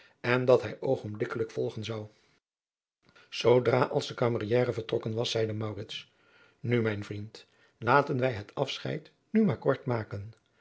en dat hij oogenblikkelijk volgen zou zoodra als de camieriere vertrokken was zeide maurits nu mijn vriend laten wij het afscheid nu maar kort maken